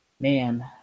Man